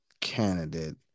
candidate